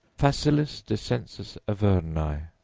facilis descensus averni,